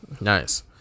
Nice